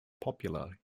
popular